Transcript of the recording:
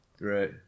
right